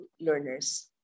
learners